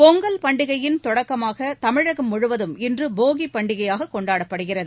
பொங்கல் பண்டிகையின் தொடக்கமாக தமிழகம் முழுவதும் இன்று போகிப்பண்டிகையாக கொண்டாடப்படுகிறது